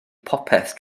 popeth